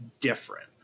different